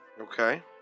Okay